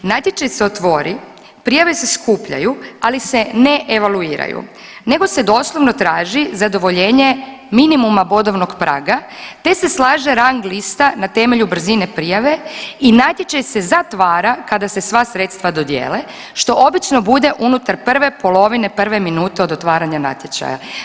Natječaj se otvori, prijave se skupljaju, ali se ne evaluiraju nego se doslovno traži zadovoljenje minimuma bodovnog praga te se slaže rang lista na temelju brzine prijave i natječaj se zatvara kada se sva sredstva dodjele, što obično bude unutar prve polovine prve minute od otvaranja natječaja.